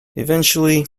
eventually